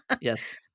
Yes